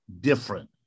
different